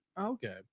Okay